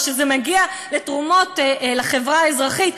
אבל כשזה מגיע לתרומות לחברה האזרחית,